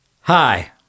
Hi